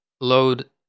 load